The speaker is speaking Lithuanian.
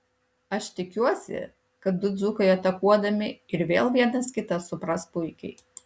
aš tikiuosi kad du dzūkai atakuodami ir vėl vienas kitą supras puikiai